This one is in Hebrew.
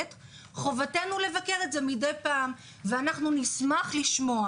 חובתנו לבקר את זה מדי פעם ואנחנו נשמח לשמוע.